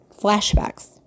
Flashbacks